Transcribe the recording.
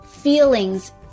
feelings